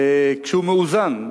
כשהוא מאוזן,